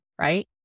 right